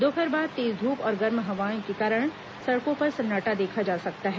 दोपहर बाद तेज धूप और गर्म हवाएं के कारण सड़कों पर सन्नाटा देखा जा सकता है